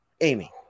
Amy